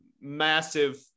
massive